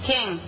King